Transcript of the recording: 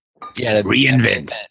reinvent